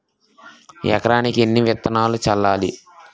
ఎకరానికి ఎన్ని విత్తనాలు చల్లాలి?